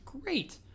great